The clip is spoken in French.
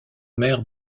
maire